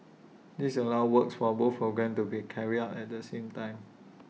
this allows works for both programmes to be carried out at the same time